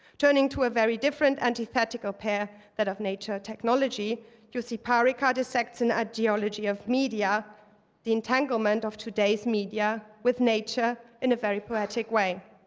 turning to a very different antithetical pair that of nature-technology jussi parikka dissects an ideology of media the entanglement of today's media with nature in a very poetic way.